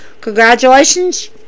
Congratulations